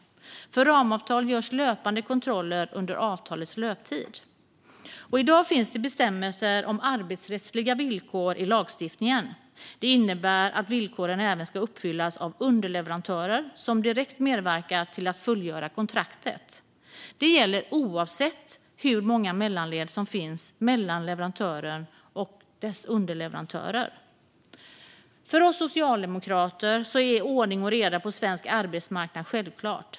För ramavtal görs löpande kontroller under avtalets löptid. I dag finns det bestämmelser om arbetsrättsliga villkor i lagstiftningen. Det innebär att villkoren även ska uppfyllas av underleverantörer som direkt medverkar till att fullgöra kontraktet. Det gäller oavsett hur många mellanled som finns mellan leverantören och dess underleverantörer. För oss socialdemokrater är ordning och reda på svensk arbetsmarknad något självklart.